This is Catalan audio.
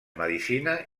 medicina